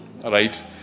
Right